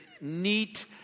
neat